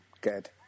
Good